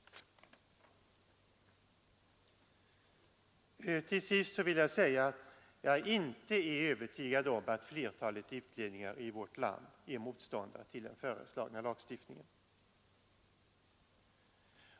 Till sist vill jag säga att jag inte är övertygad om att flertalet utlänningar i vårt land är motståndare till den föreslagna lagstiftningen.